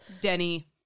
Denny